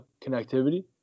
connectivity